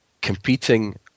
competing